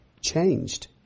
changed